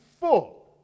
full